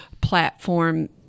platform